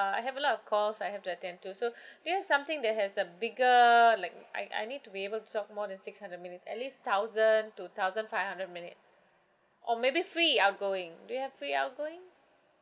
uh I have a lot of calls I have to attend to so do you have something that has a bigger like I I need to be able to talk more than six hundred minutes at least thousand to thousand five hundred minutes or maybe free outgoing do you have free outgoing